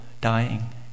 dying